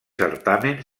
certamen